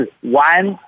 one